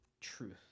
truth